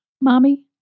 mommy